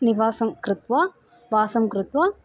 निवासं कृत्वा वासं कृत्वा